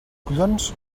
collons